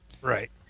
Right